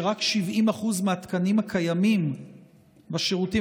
שרק 70% מהתקנים הקיימים בשירותים